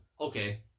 okay